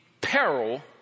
peril